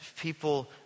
people